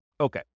Okay